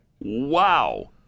Wow